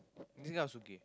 this kind of shoot game